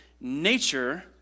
nature